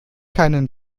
keinen